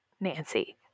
Nancy